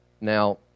Now